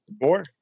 Four